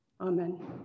Amen